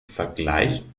vergleich